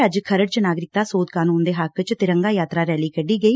ਚੰਡੀਗੜ ਨੇੜੇ ਅੱਜ ਖਰੜ ਚ ਨਾਗਰਿਕਤਾ ਸੋਧ ਕਾਨੂੰਨ ਦੇ ਹੱਕ ਚ ਤਿਰੰਗਾ ਯਾਤਰਾ ਰੈਲੀ ਕੱਢੀ ਗਈ